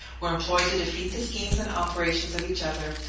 were employed to defeat the schemes and operations of each other,